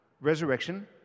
resurrection